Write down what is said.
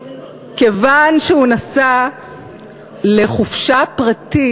כיוון שהוא נסע לחופשה פרטית,